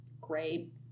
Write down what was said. Great